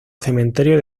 cementerio